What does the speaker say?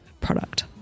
product